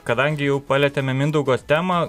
kadangi jau palietėme mindaugo temą